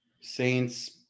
Saints